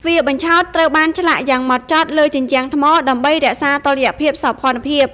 ទ្វារបញ្ឆោតត្រូវបានឆ្លាក់យ៉ាងហ្មត់ចត់លើជញ្ជាំងថ្ម ដើម្បីរក្សាតុល្យភាពសោភ័ណភាព។